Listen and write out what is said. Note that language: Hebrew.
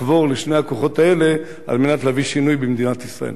לחבור לשני הכוחות האלה על מנת להביא שינוי במדינת ישראל.